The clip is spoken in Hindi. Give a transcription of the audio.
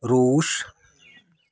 रूस